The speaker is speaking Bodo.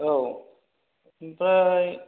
औ ओमफाय